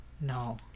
No